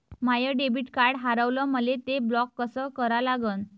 माय debit card हारवलं, मले ते ब्लॉक कस करा लागन?